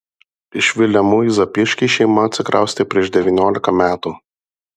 iš vilemų į zapyškį šeima atsikraustė prieš devyniolika metų